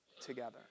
together